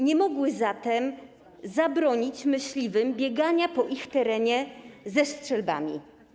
Nie mogły zatem zabronić myśliwym biegania po ich terenie ze strzelbami.